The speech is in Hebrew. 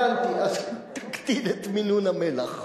הבנתי, אז תקטין את מינון המלח,